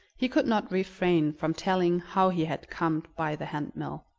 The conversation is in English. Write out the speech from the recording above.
he could not refrain from telling how he had come by the hand-mill.